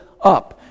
up